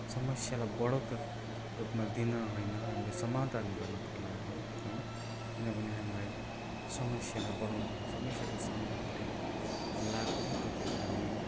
समस्यालाई बढोत्तर रूपमा लिन होइन हामीले समाधान गर्नपट्टि लाग्यौँ है किनभने हामीलाई समस्यालाई बढाउनु समस्याको समाधानपट्टि लाग्नै पर्थ्यो किनभने